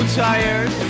tired